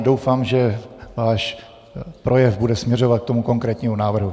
Doufám, že váš projev bude směřovat k tomu konkrétnímu návrhu.